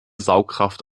saugkraft